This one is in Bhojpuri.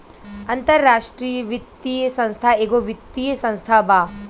अन्तराष्ट्रिय वित्तीय संस्था एगो वित्तीय संस्था बा